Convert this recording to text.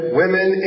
women